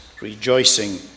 rejoicing